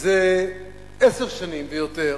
זה עשר שנים ויותר